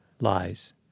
lies